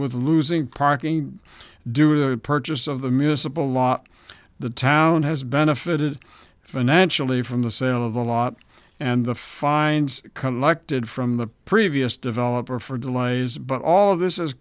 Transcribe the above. with losing parking do the purchase of the municipal law the town has benefited financially from the sale of the lot and the fines come like did from the previous developer for delays but all of this is